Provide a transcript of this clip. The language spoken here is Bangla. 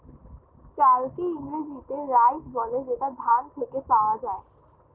চালকে ইংরেজিতে রাইস বলে যেটা ধান থেকে পাওয়া যায়